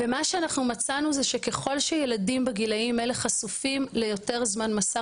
מה שאנחנו מצאנו שכלל ילדים בגילאים אלה חשופים ליותר זמן מסך,